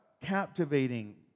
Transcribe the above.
captivating